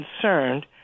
concerned